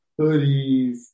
hoodies